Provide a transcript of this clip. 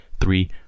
three